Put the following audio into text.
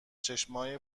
چشمای